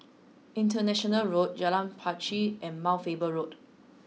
International Road Jalan Pacheli and Mount Faber Road